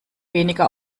weniger